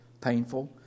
painful